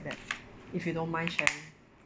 that if you don't mind sharing